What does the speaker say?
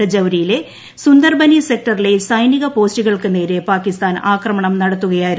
രജൌരിയിലെ സുന്ദർബനി സെക്ടറിലെ സൈനിക പോസ്റ്റുകൾക്ക് നേരെ പാകിസ്ഥാൻ ആക്രമണം നടത്തുകയായിരുന്നു